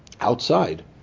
Outside